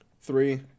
Three